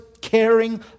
caring